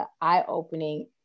eye-opening